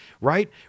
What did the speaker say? right